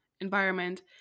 environment